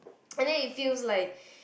and then it feels like